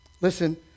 Listen